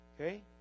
Okay